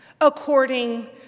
according